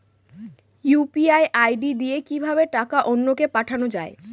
UPI ID দিয়ে কিভাবে টাকা অন্য কে পাঠানো যায়?